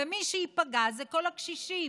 ומי שייפגע זה כל הקשישים.